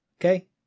Okay